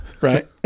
right